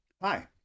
Hi